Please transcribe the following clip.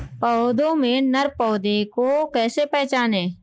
पौधों में नर पौधे को कैसे पहचानें?